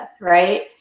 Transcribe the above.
right